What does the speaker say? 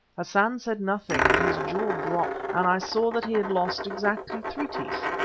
hassan said nothing, but his jaw dropped, and i saw that he had lost exactly three teeth.